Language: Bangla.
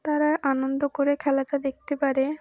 তারা আনন্দ করে খেলাটা দেখতে পারে